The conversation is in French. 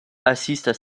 assistent